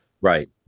Right